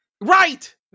right